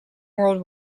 world